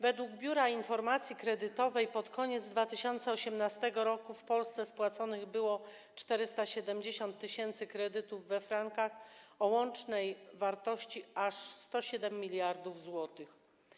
Według Biura Informacji Kredytowej pod koniec 2018 r. w Polsce spłaconych było 470 tys. kredytów we frankach o łącznej wartości aż 107 mld zł.